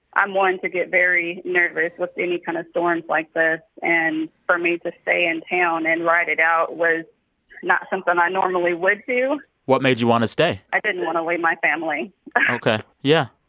i'm one to get very nervous with any kind of storms like this. and for me to stay in town and ride it out was not something i normally would do what made you want to stay? i didn't want to leave my family yeah,